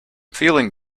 feeling